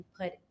put